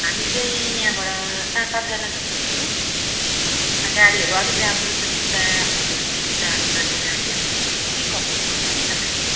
हामी चाहिँ यहाँबाट सात आठजना जस्तो हुन्छौँ अन्त गाडीहरू अलिक राम्रो सुविस्ता हजुर सुविस्ता अनुसारको गाडीहरू कस्तो के कस्तो छ होला नि तपाईँकोमा